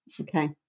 Okay